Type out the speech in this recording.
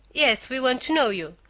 yes, we want to know you,